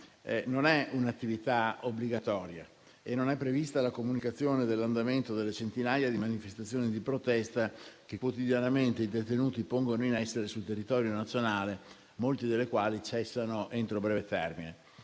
non è un'attività obbligatoria. Non è prevista la comunicazione dell'andamento delle centinaia di manifestazioni di protesta che quotidianamente i detenuti pongono in essere sul territorio nazionale, molte delle quali cessano entro breve termine.